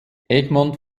egmont